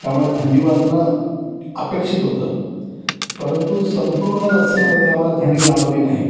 त्यामुळे थंडी वाजणं अपेक्षित होतं परंतु संपूर्ण रस्त्यामध्ये आम्हाला थंडी जाणवली नाही